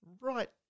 right